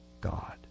God